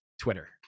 twitter